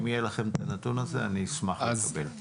אם יהיה לכם את הנתון הזה אני אשמח לקבל אותו.